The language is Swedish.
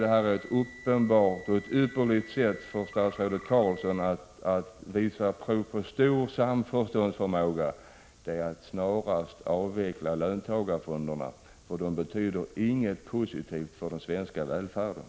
Ett ypperligt sätt för statsminister Carlsson att visa prov på samförståndsförmåga är att snarast avveckla löntagarfonderna. De betyder inget positivt för den svenska välfärden.